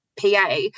PA